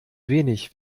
wenig